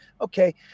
Okay